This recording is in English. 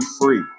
free